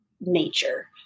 nature